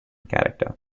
character